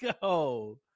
go